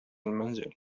المنزل